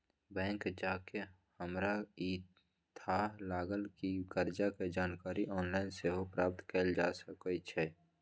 bank जा कऽ हमरा इ थाह लागल कि कर्जा के जानकारी ऑनलाइन सेहो प्राप्त कएल जा सकै छै